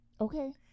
Okay